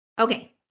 okay